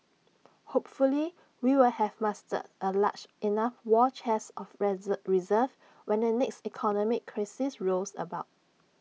hopefully we will have mustered A large enough war chest of reserves when the next economic crisis rolls about